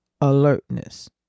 alertness